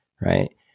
right